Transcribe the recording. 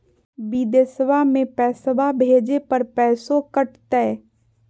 बिदेशवा मे पैसवा भेजे पर पैसों कट तय?